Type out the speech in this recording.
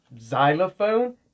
xylophone